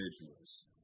individuals